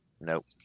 Nope